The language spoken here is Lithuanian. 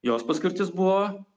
jos paskirtis buvo